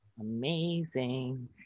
Amazing